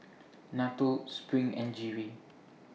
NATO SPRING and G V